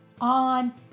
on